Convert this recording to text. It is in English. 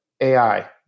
AI